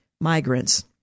migrants